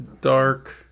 dark